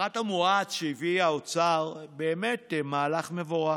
הפחת המואץ שהביא האוצר הוא באמת מהלך מבורך,